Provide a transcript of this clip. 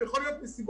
עם כל הרצון לגבות מס,